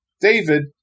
David